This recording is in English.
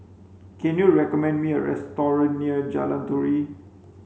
can you recommend me a near Jalan Turi